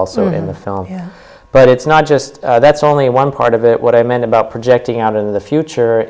also in the film yeah but it's not just that's only one part of it what i meant about projecting out into the future